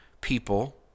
people